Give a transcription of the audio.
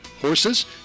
horses